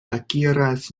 akiras